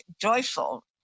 joyful